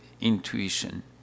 intuition